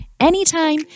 Anytime